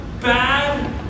bad